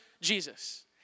Jesus